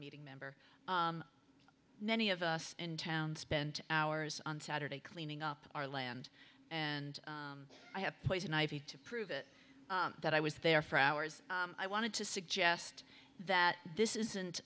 meeting member many of us in town spent hours on saturday cleaning up our land and i have poison ivy to prove it that i was there for hours i wanted to suggest that this isn't